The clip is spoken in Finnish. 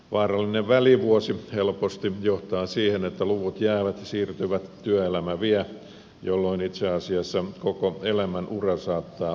vaarallinen välivuosi helposti johtaa siihen että luvut jäävät ja siirtyvät työelämä vie jolloin itse asiassa koko elämänura saattaa olennaisesti muuttua